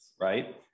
right